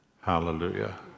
Hallelujah